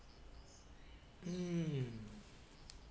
mm